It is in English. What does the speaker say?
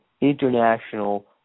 international